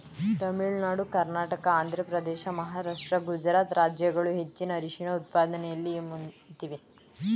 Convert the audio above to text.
ತಮಿಳುನಾಡು ಕರ್ನಾಟಕ ಆಂಧ್ರಪ್ರದೇಶ ಮಹಾರಾಷ್ಟ್ರ ಗುಜರಾತ್ ರಾಜ್ಯಗಳು ಹೆಚ್ಚಿನ ಅರಿಶಿಣ ಉತ್ಪಾದನೆಯಲ್ಲಿ ಮುಂದಿವೆ